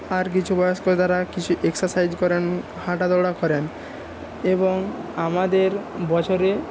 আর কিছু বয়স্ক যারা কিছু এক্সারসাইজ করেন হাঁটা দৌড়া করেন এবং আমাদের বছরে